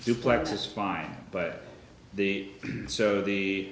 duplex is fine but the so the